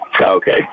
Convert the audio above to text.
Okay